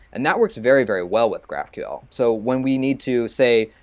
and that works very very well with graphql. so when we need to say,